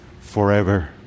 forever